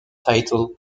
title